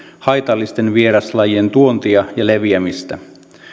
haitallisten vieraslajien tuontia ja leviämistä